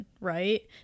right